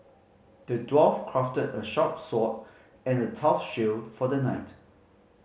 the dwarf crafted a sharp sword and a tough shield for the knight